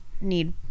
need